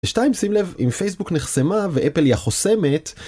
ושתיים, שים לב, אם פייסבוק נחשמה ואפל היא החוסמת...